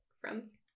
friends